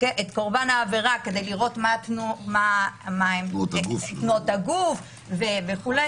קרבן העבירה כדי לראות את תנועות הגוף וכו',